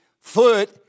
foot